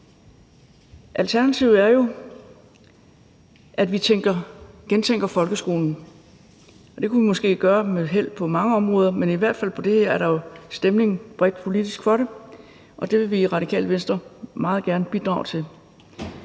Alternativet er jo, at vi gentænker folkeskolen, og det kunne måske gøres med held på mange områder, men i hvert fald på det her er der jo stemning bredt politisk for det, og det vil Radikale Venstre meget gerne bidrage til.